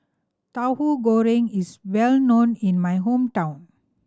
Tahu Goreng is well known in my hometown